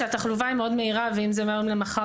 כאשר התחלופה היא מאוד מהירה ואם זה מהיום למחר,